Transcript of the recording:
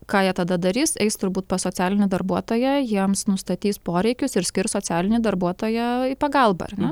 ką jie tada darys eis turbūt pas socialinę darbuotoją jiems nustatys poreikius ir skirs socialinį darbuotoją į pagalbą ar ne